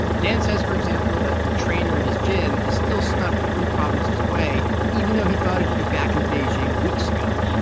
dan says, for example, that the trainer at his gym is still stuck three provinces away even though he thought he'd be back in beijing weeks ago.